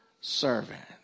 servant